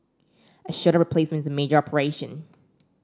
a shoulder replacement is a major operation